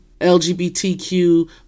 LGBTQ